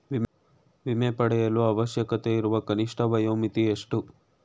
ವಿಮೆ ಪಡೆಯಲು ಅವಶ್ಯಕತೆಯಿರುವ ಕನಿಷ್ಠ ವಯೋಮಿತಿ ಎಷ್ಟು?